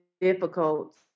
difficult